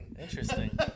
Interesting